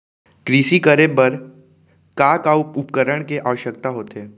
कृषि करे बर का का उपकरण के आवश्यकता होथे?